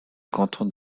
canton